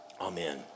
Amen